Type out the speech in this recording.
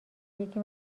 یکی